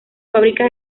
fábricas